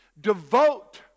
devote